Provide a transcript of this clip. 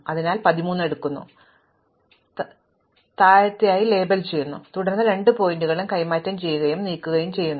അതിനാൽ ഞാൻ 13 എടുക്കുന്നു അതിനെ താഴ്ന്നതായി ലേബൽ ചെയ്യുന്നു തുടർന്ന് ഞാൻ രണ്ട് പോയിന്റുകളും കൈമാറ്റം ചെയ്യുകയും നീക്കുകയും ചെയ്യുന്നു